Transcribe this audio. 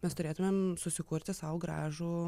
mes turėtumėm susikurti sau gražų